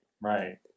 Right